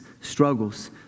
struggles